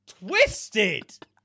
Twisted